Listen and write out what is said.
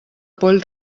poll